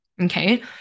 Okay